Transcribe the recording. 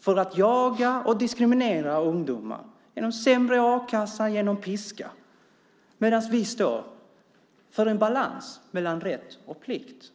för att jaga och diskriminera ungdomar, genom sämre a-kassa och genom piska. Vi står för en balans mellan rätt och plikt.